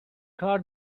کار